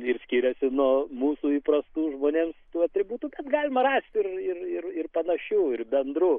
ir skiriasi nuo mūsų įprastų žmonėms tų atributų bet galima rasti ir ir ir panašių ir bendrų